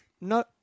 No